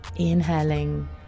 Inhaling